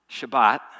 Shabbat